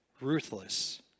ruthless